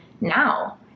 now